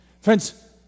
Friends